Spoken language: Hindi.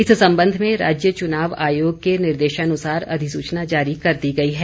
इस संबंध में राज्य चुनाव आयोग के निर्देशानुसार अधिसूचना जारी कर दी गई है